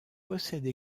possède